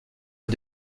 est